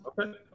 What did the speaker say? Okay